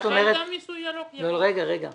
תאריכו בשנתיים.